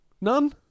None